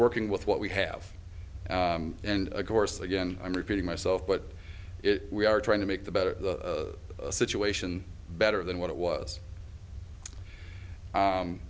working with what we have and of course again i'm repeating myself but it we are trying to make the better the situation better than what it was